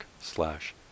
slash